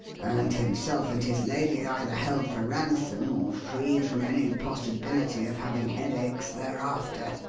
and himself and his lady either held for ransom or freed from any possibility of having headaches thereafter.